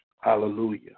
Hallelujah